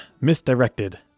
misdirected